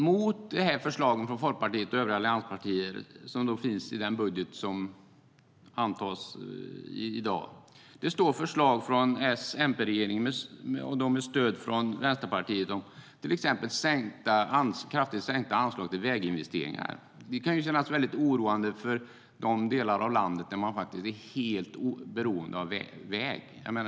Mot förslaget från Folkpartiet och övriga allianspartier, som finns med i den budget som ska antas i dag, finns förslag från S-MP-regeringen med stöd från Vänsterpartiet om kraftigt sänkta anslag till väginvesteringar. Det kan kännas oroande för de delar av landet där man är helt beroende av vägar.